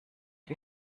wie